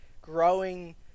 growing